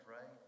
right